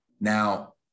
Now